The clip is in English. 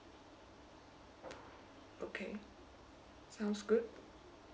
okay sounds good